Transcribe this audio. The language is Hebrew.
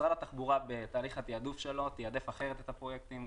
משרד התחבורה בתהליך התעדוף שלו תיעדף אחרת את הפרויקטים,